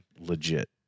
legit